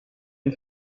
une